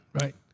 right